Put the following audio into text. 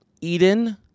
Eden